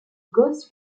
gauss